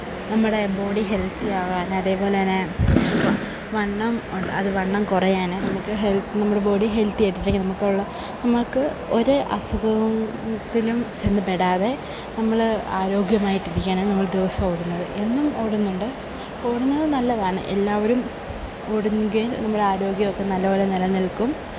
നമ്മുടെ ബോഡി ഹെല്ത്തിയാകാന് അതേപോലത്തന്നെ വണ്ണം വണ്ണം അത് വണ്ണം കുറയാൻ നമുക്ക് ഹെല്ത്ത് നമ്മൾ ബോഡി ഹെല്ത്തിയായിട്ടിരിക്കാന് നമുക്കുള്ള നമുക്ക് ഒരു അസുഖത്തിലും ചെന്ന് പെടാതെ നമ്മൾ ആരോഗ്യമായിട്ടിരിക്കാനാണ് നമ്മള് ദിവസവും ഓടുന്നത് എന്നും ഓടുന്നുണ്ട് ഓടുന്നത് നല്ലതാണ് എല്ലാവരും ഓടുമെങ്കിൽ നമ്മുടെ ആരോഗ്യം ഒക്കെ നല്ലപോലെ നിലനില്ക്കും